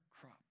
crop